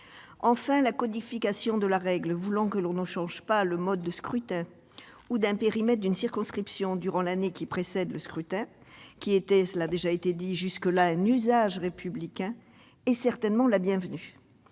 Enfin, la codification de la règle voulant que l'on ne change pas le mode de scrutin ou le périmètre d'une circonscription durant l'année qui précède le scrutin, qui était jusque-là un usage républicain, est certainement la bienvenue,